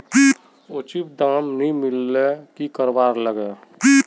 उचित दाम नि मिलले की करवार लगे?